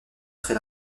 très